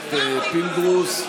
הכנסת פינדרוס.